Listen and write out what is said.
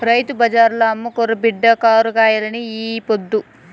రైతు బజార్ల అమ్ముకురా బిడ్డా కూరగాయల్ని ఈ పొద్దు